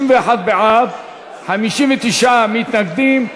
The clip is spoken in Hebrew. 61 בעד, 59 מתנגדים.